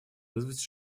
вызвать